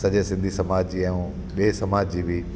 सॼे सिंधी समाज जी ऐं ॿिए समाज जी बि